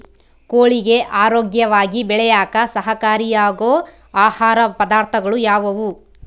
ಕೋಳಿಗೆ ಆರೋಗ್ಯವಾಗಿ ಬೆಳೆಯಾಕ ಸಹಕಾರಿಯಾಗೋ ಆಹಾರ ಪದಾರ್ಥಗಳು ಯಾವುವು?